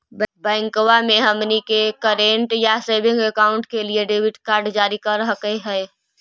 बैंकवा मे हमनी के करेंट या सेविंग अकाउंट के लिए डेबिट कार्ड जारी कर हकै है?